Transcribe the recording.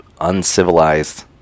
uncivilized